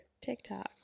TikTok